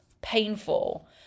painful